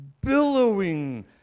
billowing